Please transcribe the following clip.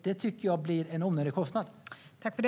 Det tycker jag blir en onödig kostnad.